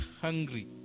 hungry